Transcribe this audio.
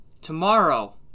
tomorrow